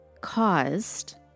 caused